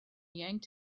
yanked